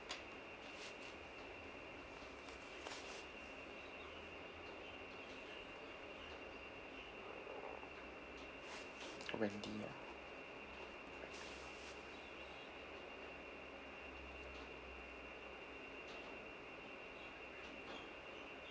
wendy ah